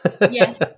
Yes